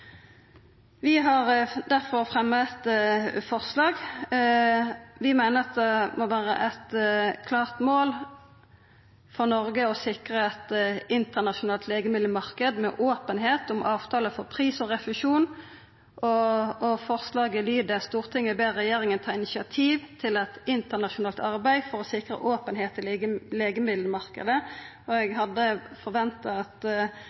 Vi har difor fremja eit forslag. Vi meiner at det må vera eit klart mål for Noreg å sikra ein internasjonal legemiddelmarknad med openheit om avtalar for pris og refusjon. Forslaget lyder: «Stortinget ber regjeringen ta initiativ til et internasjonalt arbeid for å sikre åpenhet i legemiddelmarkedet.» Eg hadde forventa at